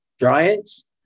Giants